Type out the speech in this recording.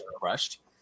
crushed